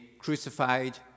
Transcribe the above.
crucified